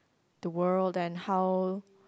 the world and how